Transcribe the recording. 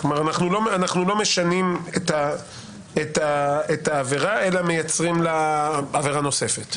אנחנו לא משנים את העבירה אלא מייצרים לה עבירה נוספת.